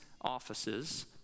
offices